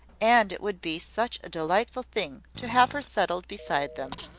and it would be such a delightful thing to have her settled beside them!